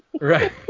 Right